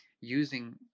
using